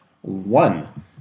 One